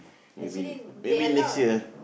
actually they allow